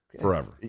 forever